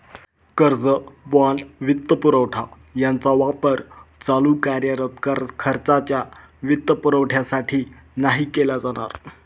कर्ज, बाँड, वित्तपुरवठा यांचा वापर चालू कार्यरत खर्चाच्या वित्तपुरवठ्यासाठी नाही केला जाणार